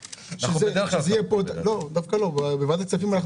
אנחנו בדרך כלל חלוקים בדעתנו.